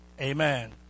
Amen